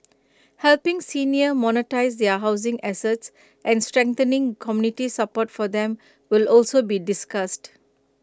helping seniors monetise their housing assets and strengthening community support for them will also be discussed